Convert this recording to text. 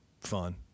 fun